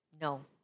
No